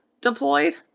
deployed